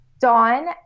dawn